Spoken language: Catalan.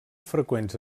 freqüents